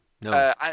No